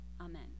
Amen